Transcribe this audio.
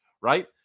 right